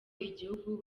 igihugu